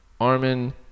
Armin